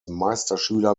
meisterschüler